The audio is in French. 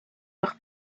leur